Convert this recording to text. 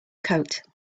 coat